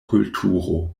kulturo